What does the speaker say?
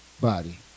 body